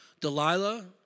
Delilah